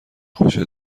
خوشت